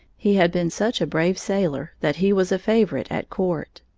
he had been such a brave sailor that he was a favorite at court.